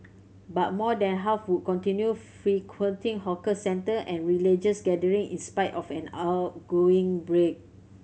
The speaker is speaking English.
but more than half would continue frequenting hawker centre and religious gathering in spite of an ongoing outbreak